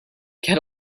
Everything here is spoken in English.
get